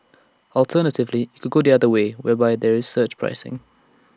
alternatively IT could go the other way whereby there's surge pricing